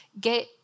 get